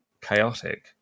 chaotic